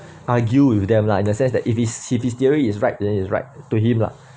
argue with them lah in the sense that if his if his theory is right is right to him lah